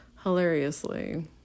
hilariously